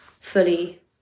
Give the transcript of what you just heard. fully